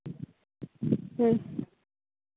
ᱦᱮᱸ